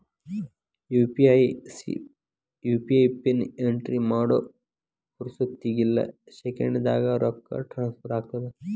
UPI pin entry ಮಾಡೋ ಪುರ್ಸೊತ್ತಿಗಿಲ್ಲ ಸೆಕೆಂಡ್ಸ್ನ್ಯಾಗ ರೊಕ್ಕ ಟ್ರಾನ್ಸ್ಫರ್ ಆಗತ್ತ